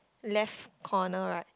left corner right